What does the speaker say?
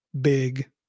Big